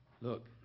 look